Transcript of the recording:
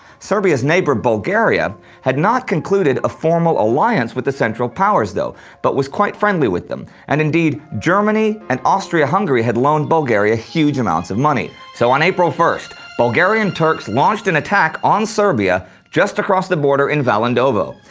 serbia's neighbor bulgaria had not concluded a formal alliance with the central powers but was quite friendly with them, and indeed, germany and austria-hungary had loaned bulgaria huge amounts of money. so on april first, bulgarian turks launched an attack on serbia just across the border in valandovo.